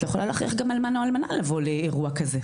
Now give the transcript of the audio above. את לא יכולה להכריח גם אלמן או אלמנה לבוא לאירוע כזה.